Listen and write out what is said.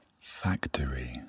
factory